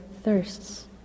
thirsts